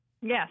Yes